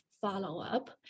follow-up